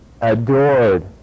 adored